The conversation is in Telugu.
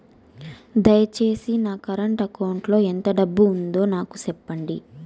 దయచేసి నా కరెంట్ అకౌంట్ లో ఎంత డబ్బు ఉందో నాకు సెప్పండి